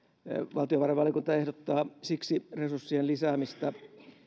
valtiovarainvaliokunta ehdottaa siksi resurssien lisäämistä